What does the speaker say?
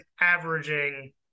averaging